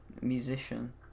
musician